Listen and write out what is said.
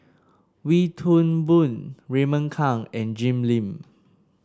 Wee Toon Boon Raymond Kang and Jim Lim